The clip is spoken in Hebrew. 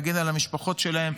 להגן על המשפחות שלהם,